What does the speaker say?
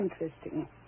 interesting